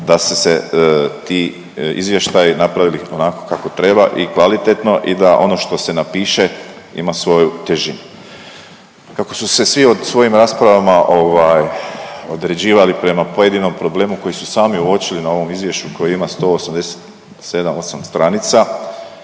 su se ti izvještaji napravili onako kako treba i kvalitetno i da ono što se napiše ima svoju težinu. Kako su se svi u svojim raspravama određivali prema pojedinom problemu koji su sami uočili na ovom izvješću koje ima 187, osam stranica,